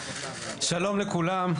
שלום לכולם.